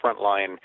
frontline